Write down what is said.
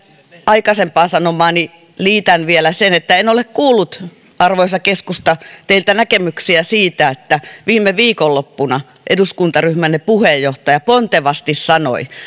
aikaisempaan sanomaani liitän vielä sen että en ole kuullut arvoisa keskusta teiltä näkemyksiä siitä kun viime viikonloppuna eduskuntaryhmänne puheenjohtaja pontevasti sanoi